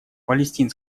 палестино